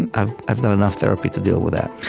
and i've i've done enough therapy to deal with that